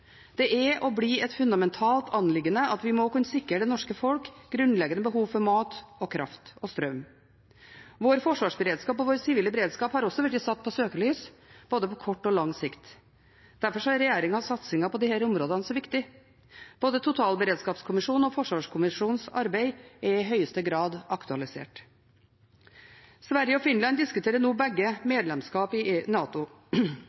Det er og blir et fundamentalt anliggende at vi må kunne sikre det norske folks grunnleggende behov for mat, kraft og strøm. Vår forsvarsberedskap og vår sivile beredskap har det også vært satt søkelys på, både på kort og lang sikt. Derfor er regjeringens satsinger på disse områdene så viktige. Både totalberedskapskommisjonens arbeid og forsvarskommisjonens arbeid er i høyeste grad aktualisert. Både Sverige og Finland diskuterer nå medlemskap i NATO.